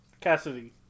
cassidy